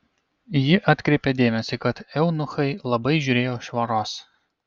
ji atkreipė dėmesį kad eunuchai labai žiūrėjo švaros